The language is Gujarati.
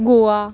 ગોવા